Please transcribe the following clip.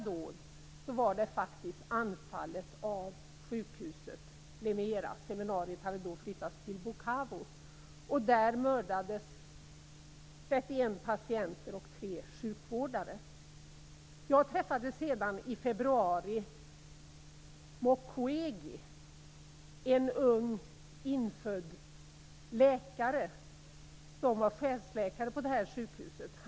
Jag träffade sedan i februari Mkegi, en ung infödd läkare, som var chefsläkare på sjukhuset.